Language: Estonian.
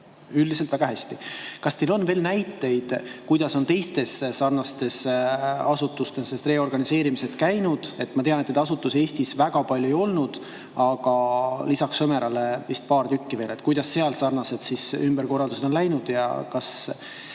üldiselt väga hästi. Kas teil on veel näiteid, kuidas on teistes sarnastes asutustes reorganiseerimine läinud? Ma tean, et neid asutusi Eestis väga palju ei olnud, aga lisaks Sõmerale oli vist paar tükki veel. Kuidas nendes sarnased ümberkorraldused on läinud ja kas